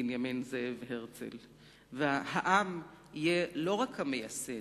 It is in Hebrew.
בנימין זאב הרצל: "העם יהיה לא רק המייסד,